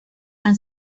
han